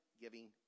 giving